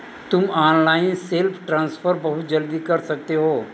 तुम online self transfer बहुत जल्दी कर सकते हो